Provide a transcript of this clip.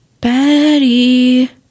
Betty